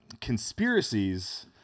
conspiracies